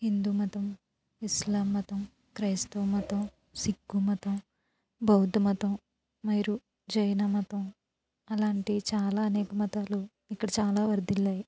హిందూ మతం ఇస్లాం మతం క్రైస్తవ మతం సిక్కూ మతం బౌద్ధ మతం మైరు జైన మతం అలాంటియి చాలా అనేక మతాలు ఇక్కడ చాలా వర్థిల్లాయి